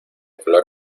color